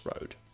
Road